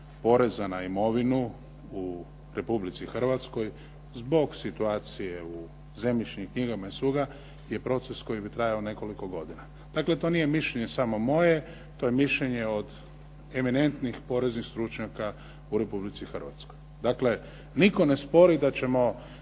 poreza na imovinu u Republici Hrvatskoj zbog situacije u zemljišnim knjigama … /Govornik se ne razumije./… je proces koji bi trajao nekoliko godina. Dakle, to nije mišljenje samo moje, to je mišljenje od eminentnih poreznih stručnjaka u Republici Hrvatskoj. Dakle, nitko ne spori da ćemo